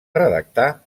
redactar